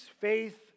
faith